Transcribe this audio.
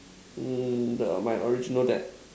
hmm the my original dad